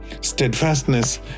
Steadfastness